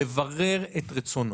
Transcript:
לברר את רצונו.